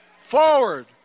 forward